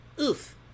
Oof